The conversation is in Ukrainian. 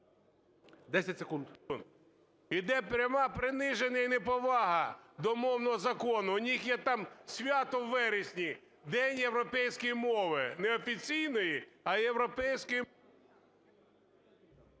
В.І. Йде пряме приниження і неповага до мовного закону. У них там свято у вересні - День європейської мови, не офіційної, а європейської…